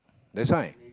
that's why